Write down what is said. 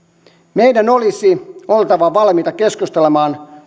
meidän olisi oltava valmiita keskustelemaan